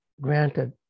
granted